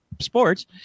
sports